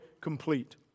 complete